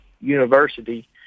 University